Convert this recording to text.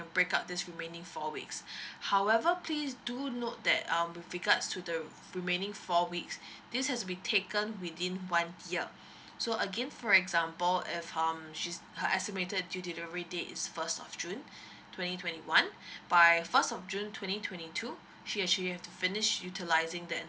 break out this remaining four weeks however please do note that um with regards to the remaining four weeks this has be taken within one year so again for example if um she's her estimated due delivery date is first of june twenty twenty one by first of june twenty twenty two she actually have to finish utilising the